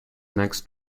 next